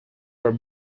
were